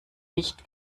nicht